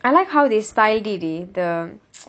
I like how they styled it eh the